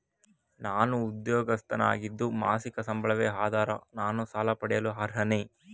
ನಾನು ಉದ್ಯೋಗಸ್ಥನಾಗಿದ್ದು ಮಾಸಿಕ ಸಂಬಳವೇ ಆಧಾರ ನಾನು ಸಾಲ ಪಡೆಯಲು ಅರ್ಹನೇ?